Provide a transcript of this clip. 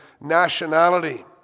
nationality